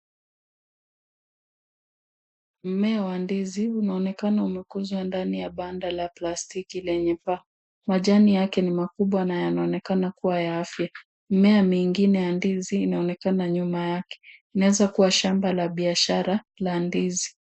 Mmea wa ndizi unaonekana umekuja ndani ya banda la plastiki lenye paa . Majani yake ni makubwa na yanaonekana kuwa ya afya. Mmea mingine ya ndizi unaonekana nyuma yake inaweza kuwa shamba la biashara la ndizi.